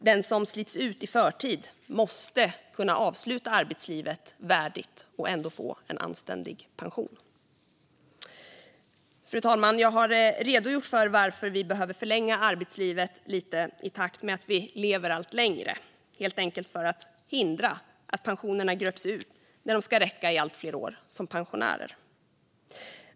Den som slits ut i förtid måste kunna avsluta arbetslivet värdigt och ändå få en anständig pension. Fru talman! Jag har redogjort för varför vi behöver förlänga arbetslivet lite i takt med att vi lever allt längre - helt enkelt för att hindra att pensionerna gröps ur när de ska räcka i allt fler år för pensionärerna.